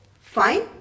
fine